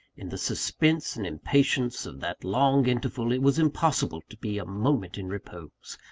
in the suspense and impatience of that long interval, it was impossible to be a moment in repose.